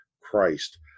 Christ